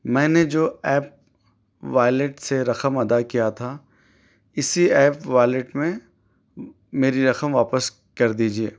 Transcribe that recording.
میں نے جو ایپ وایلیٹ سے رقم ادا کیا تھا اِسی ایپ وایلیٹ میں میری رقم واپس کر دیجیے